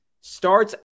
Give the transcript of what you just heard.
starts